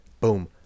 Boom